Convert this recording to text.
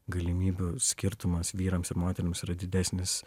galimybių skirtumas vyrams ir moterims yra didesnis